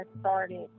started